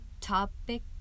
topic